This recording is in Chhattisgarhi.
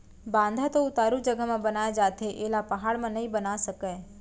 बांधा तो उतारू जघा म बनाए जाथे एला पहाड़ म नइ बना सकय